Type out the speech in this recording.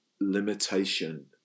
limitation